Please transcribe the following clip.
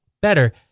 better